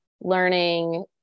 learning